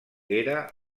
era